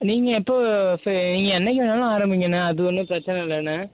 நீங்கள் எப்போ நீங்கள் என்றைக்கி வேணாலும் ஆரம்பிங்கண்ண அது ஒன்றும் பிரச்சின இல்லைண்ண